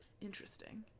interesting